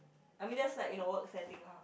I mean that's like in a work setting lah